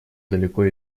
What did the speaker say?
далеко